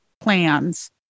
plans